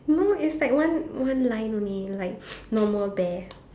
no it's like one one line only like normal bear